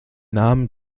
namen